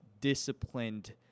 disciplined